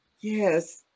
Yes